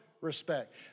respect